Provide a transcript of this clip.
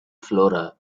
flora